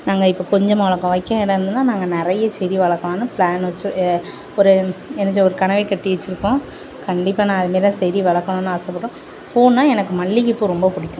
நாங்கள் இப்போ கொஞ்சமாக வளர்க்கோம் வைக்க இடம் இருந்துதுன்னா நாங்கள் நிறைய செடி வளர்க்கலான்னு பிளான் வச்சி என்னது ஒரு கனவே கட்டி வச்சி இருக்கோம் கண்டிப்பாக நான் அதை மாதிரி தான் செடி வளர்க்கணுன்னு ஆசைப்பட்டோம் பூன்னா எனக்கு மல்லிகை பூ ரொம்ப பிடிக்கும்